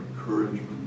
encouragement